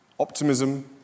optimism